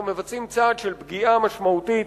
אנחנו מבצעים צעד של פגיעה משמעותית